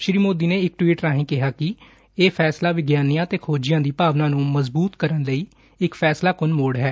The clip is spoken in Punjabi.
ਸ੍ਰੀ ਮੋਦੀ ਨੇ ਇੱਕ ਟਵੀਟ ਰਾਹੀ ਕਿਹਾ ਕਿ ਇਹ ਫੈਸਲਾ ਵਿਗਿਆਨੀਆਂ ਤੇ ਬੋਜੀਆਂ ਦੀ ਭਾਵਨਾ ਨੂੰ ਮਜਬੂਤ ਕਰਨ ਲਈ ਇੱਕ ਫੈਸਲਾਕੁਨ ਸੋੜ ਹੈ